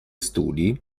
studi